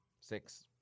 Six